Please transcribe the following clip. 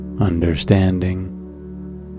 understanding